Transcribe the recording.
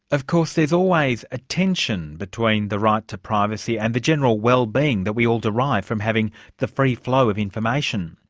of course, there's always a tension between the right to privacy and the general well-being that we all derive from having the free flow of information.